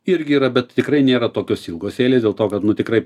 irgi yra bet tikrai nėra tokios ilgos eilės dėl to kad nu tikrai